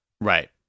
right